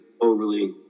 overly